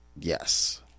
yes